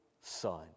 Son